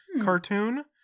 cartoon